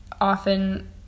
often